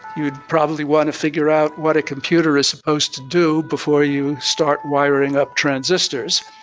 you'd probably want to figure out what a computer is supposed to do before you start wiring up transistors.